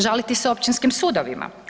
Žaliti se općinskim sudovima.